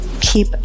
keep